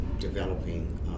developing